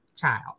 child